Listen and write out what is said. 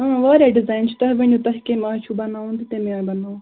آ واریاہ ڈِزایِن چھُ تۄہہِ ؤنِو تۄہہِ کَمہِ آیہِ چھُو بَناوُن تہٕ تمی آیہِ بَناوُن